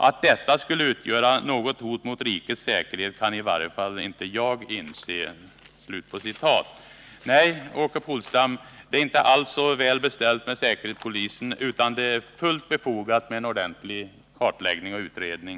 Att detta skulle utgöra något hot mot rikets säkerhet kan i varje fall inte jag inse.” Nej, Åke Polstam, det är inte alls så väl beställt med säkerhetspolisen, utan det är helt befogat med en ordentlig kartläggning och utredning.